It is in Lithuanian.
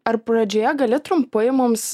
ar pradžioje gali trumpai mums